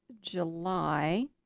July